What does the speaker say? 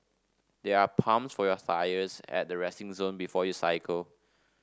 there are pumps for your tyres at the resting zone before you cycle